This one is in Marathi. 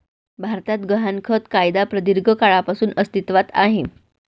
भारतात गहाणखत कायदा प्रदीर्घ काळापासून अस्तित्वात आहे